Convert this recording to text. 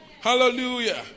Hallelujah